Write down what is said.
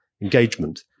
engagement